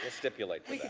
ah stipulate